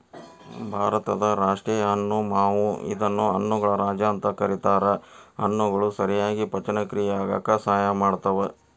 ಭಾರತದ ರಾಷ್ಟೇಯ ಹಣ್ಣು ಮಾವು ಇದನ್ನ ಹಣ್ಣುಗಳ ರಾಜ ಅಂತ ಕರೇತಾರ, ಹಣ್ಣುಗಳು ಸರಿಯಾಗಿ ಪಚನಕ್ರಿಯೆ ಆಗಾಕ ಸಹಾಯ ಮಾಡ್ತಾವ